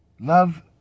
Love